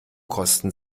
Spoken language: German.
kosten